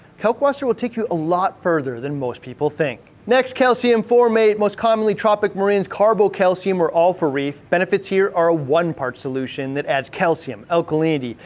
kalkwasser will take you a lot further than most people think. next, calcium formate, most commonly tropic marin's carbocalcium or all-for-reef. benefits here are ah one-parts solution that adds calcium, alkalinity,